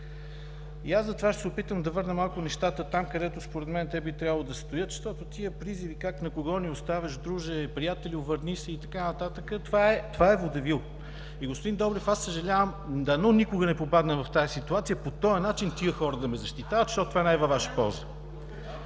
насам. Затова ще се опитам да върна малко нещата там, където според мен би трябвало да стоят, защото тези призиви: как, на кого ни оставяш, друже, приятелю, върни се и така нататък – това е водевил. Господин Добрев, съжалявам, дано никога не попадна в тази ситуация – по този начин тези хора да ме защитават, защото това не е във Ваша полза.